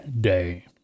day